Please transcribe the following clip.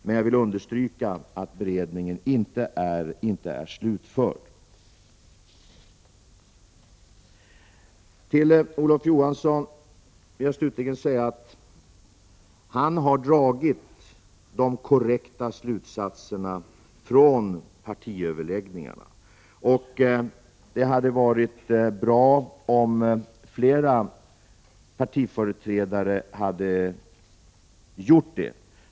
Men jag vill understryka att beredningen inte är slutförd. Till Olof Johansson vill jag slutligen säga att han har dragit de korrekta slutsatserna av partiöverläggningarna. Det hade varit bra om fler partiföreträdare hade gjort det.